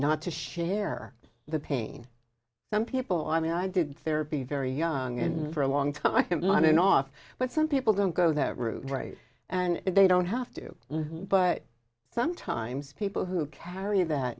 not to share the pain some people i mean i did therapy very young and for a long time i'm not an off but some people don't go that route right and they don't have to but sometimes people who carry that